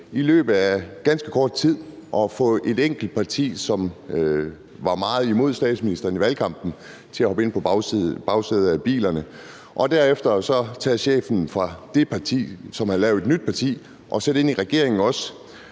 i løbet af ganske kort tid at få et enkelt parti, som var meget imod statsministeren i valgkampen, til at hoppe ind på bagsædet af bilerne og derefter tage chefen fra det parti, som havde lavet et nyt parti, og sætte denne ind i regeringen også,